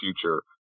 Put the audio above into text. future